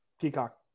Peacock